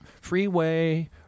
freeway